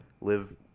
live